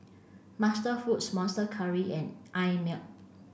MasterFoods Monster Curry and Einmilk